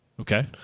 Okay